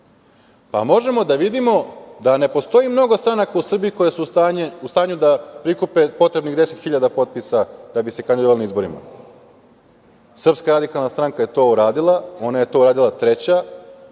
Pa, možemo da vidimo da ne postoji mnogo stranaka u Srbiji koje su u stanju da prikupe potrebnih 10.000 potpisa da bi se kandidovali na izborima. Srpska radikalna stranka je to uradila, ona je to uradila treća,